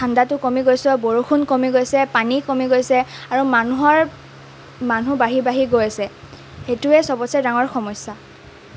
ঠাণ্ডাটো কমি গৈছে বৰষুণ কমি গৈছে পানী কমি গৈছে আৰু মানুহৰ মানুহ বাঢ়ি বাঢ়ি গৈ আছে এইটোৱে সবতছে ডাঙৰ সমস্যা